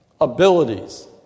abilities